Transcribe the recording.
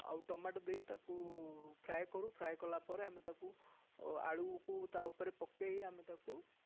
ଆଉ ଟମାଟୋ ଦେଇ ତାକୁ ଫ୍ରାଏ କରୁ ଫ୍ରାଏ କଲା ପରେ ଆମେ ତାକୁ ଆଳୁକୁ ତା ଉପରେ ପକାଇ ଆମେ ତାକୁ